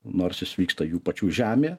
nors jis vyksta jų pačių žemėje